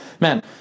Man